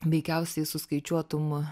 veikiausiai suskaičiuotum